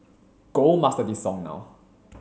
go master this song now